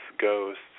ghosts